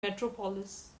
metropolis